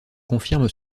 confirme